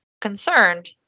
Concerned